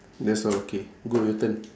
that's all okay go your turn